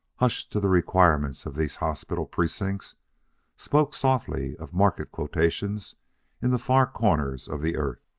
hushed to the requirements of these hospital precincts spoke softly of market quotations in the far corners of the earth.